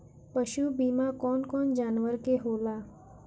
पशु बीमा कौन कौन जानवर के होला?